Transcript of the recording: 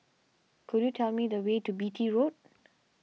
could you tell me the way to Beatty Road